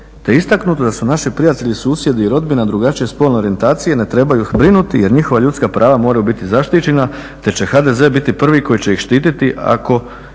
je istaknuto da su naši prijatelji, susjedi i rodbina drugačije spolne orijentacije i ne trebaju brinuti jer njihova ljudska prava moraju biti zaštićena te će HDZ biti prvi koji će ih štititi ako